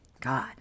God